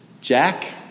Jack